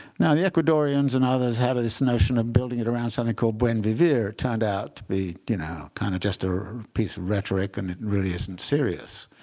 now the ecuadorians and others have this notion of building it around something called buen vivir. it turned out to be you know kind of just a piece of rhetoric. and it really isn't serious,